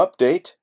update